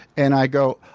and i go,